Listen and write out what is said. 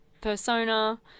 persona